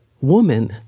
woman